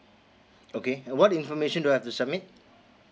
okay and what information do I have to submit